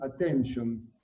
attention